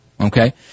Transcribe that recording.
Okay